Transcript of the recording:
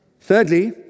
Thirdly